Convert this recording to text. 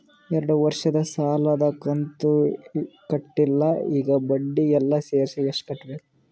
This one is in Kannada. ಎರಡು ವರ್ಷದ ಸಾಲದ ಕಂತು ಕಟ್ಟಿಲ ಈಗ ಬಡ್ಡಿ ಎಲ್ಲಾ ಸೇರಿಸಿ ಎಷ್ಟ ಕಟ್ಟಬೇಕು?